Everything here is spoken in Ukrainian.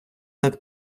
так